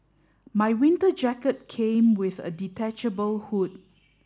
my winter jacket came with a detachable hood